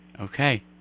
Okay